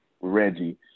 Reggie